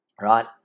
right